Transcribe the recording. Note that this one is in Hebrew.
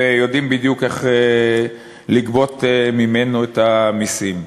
ויודעים בדיוק איך לגבות ממנו את המסים.